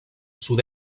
sud